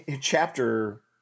chapter